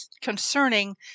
concerning